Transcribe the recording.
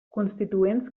constituents